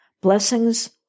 Blessings